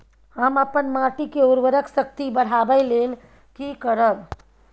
हम अपन माटी के उर्वरक शक्ति बढाबै लेल की करब?